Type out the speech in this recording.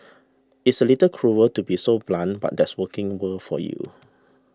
it's a little cruel to be so blunt but that's working world for you